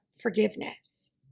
forgiveness